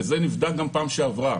וזה נבדק גם בפעם שעברה.